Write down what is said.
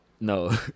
no